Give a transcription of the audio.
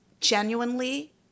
genuinely